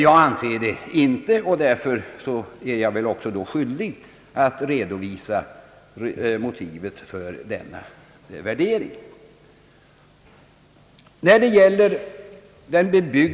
Jag anser det inte, och därför är jag väl också skyldig att redovisa motiven för denna värdering.